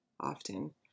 often